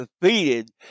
defeated